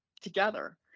together